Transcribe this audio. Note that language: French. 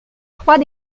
trois